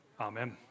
Amen